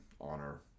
honor